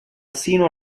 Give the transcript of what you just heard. sino